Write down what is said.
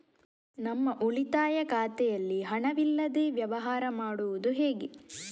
ನಮ್ಮ ಉಳಿತಾಯ ಖಾತೆಯಲ್ಲಿ ಹಣವಿಲ್ಲದೇ ವ್ಯವಹಾರ ಮಾಡುವುದು ಹೇಗೆ?